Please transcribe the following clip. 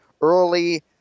early